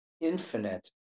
infinite